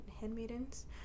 handmaidens